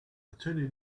attorney